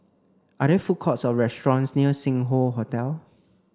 are there food courts or restaurants near Sing Hoe Hotel